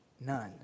none